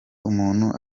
umuntu